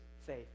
faith